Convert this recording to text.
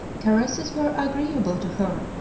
caresses were agreeable to her,